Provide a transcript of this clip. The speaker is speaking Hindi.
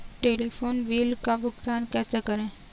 टेलीफोन बिल का भुगतान कैसे करें?